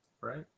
right